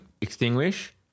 extinguish